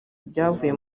byavuye